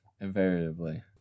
Invariably